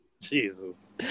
Jesus